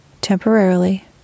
temporarily